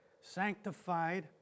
sanctified